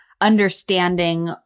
understanding